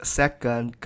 second